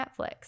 Netflix